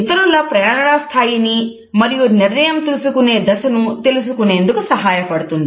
ఇతరుల ప్రేరణ స్థాయిని మరియు నిర్ణయం తీసుకునే దశను తెలుసుకునేందుకు సహాయపడుతుంది